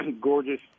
gorgeous